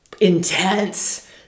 intense